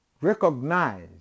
recognize